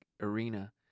arena